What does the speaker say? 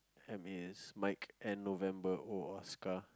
M is mike N November O Oscar